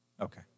okay